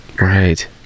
Right